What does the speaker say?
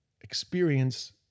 experience